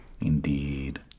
Indeed